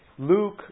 Luke